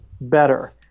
better